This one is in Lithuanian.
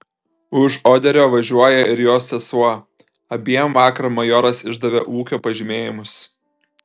už oderio važiuoja ir jos sesuo abiem vakar majoras išdavė ūkio pažymėjimus